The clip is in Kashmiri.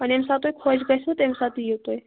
وۄنۍ ییٚمہِ ساتہٕ تۄہہِ خۄش گَژھِوٕ تَمہِ ساتہٕ یِیِو تُہۍ